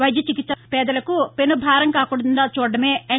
వైద్య చికిత్స పేదలకు పెనుభారం కాకుండా చూడడమే ఎన్